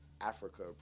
Africa